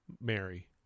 Mary